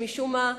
שמשום מה,